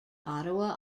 ottawa